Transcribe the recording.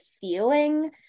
feeling